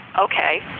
Okay